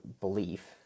belief